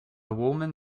woman